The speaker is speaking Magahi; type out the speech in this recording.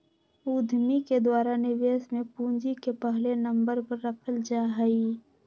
उद्यमि के द्वारा निवेश में पूंजी के पहले नम्बर पर रखल जा हई